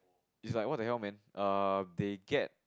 is like what the hell man err they get